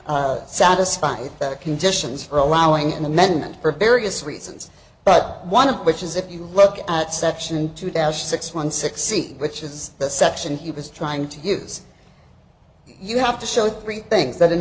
doesn't satisfy the conditions for allowing an amendment for various reasons but one of which is if you look at section two thousand six one six three which is the section he was trying to use you have to show three things that an